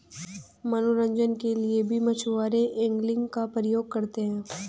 मनोरंजन के लिए भी मछुआरे एंगलिंग का प्रयोग करते हैं